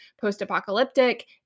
post-apocalyptic